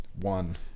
one